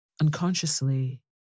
Unconsciously